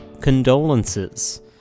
condolences